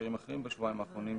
הקשרים אחרים בשבועיים האחרונים,